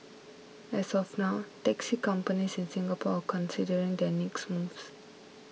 as of now taxi companies in Singapore considering their next moves